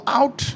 out